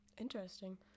Interesting